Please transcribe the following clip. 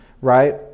Right